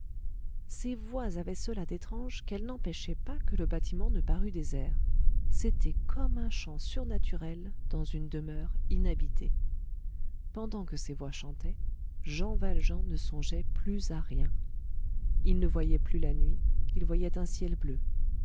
ces voix avaient cela d'étrange qu'elles n'empêchaient pas que le bâtiment ne parût désert c'était comme un chant surnaturel dans une demeure inhabitée pendant que ces voix chantaient jean valjean ne songeait plus à rien il ne voyait plus la nuit il voyait un ciel bleu